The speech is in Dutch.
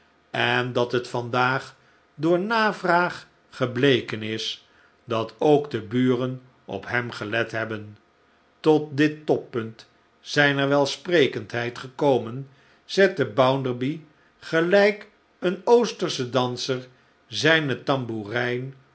en dat het vandaag door navraag gebleken is dat ook de buren op hem gelet hebben tot dit toppunt zijner welsprekeridheid gekomen zette bounderby gelijk een oostersche danser zijne tamboerijn